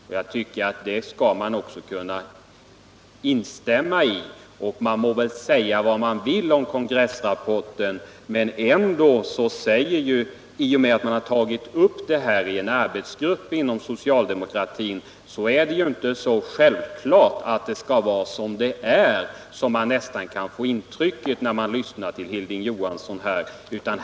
Detta borde man också från socialdemokratisk sida kunna instämma i. Säga vad man vill om kongressrapporten, men i och med att man tagit upp detta i en arbetsgrupp inom socialdemokratin är det inte självklart att allt skall vara som det är i dag. När man lyssnar till Hilding Johansson här i kammaren får man nästan ett sådant intryck som att inget kan ändras.